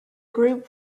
group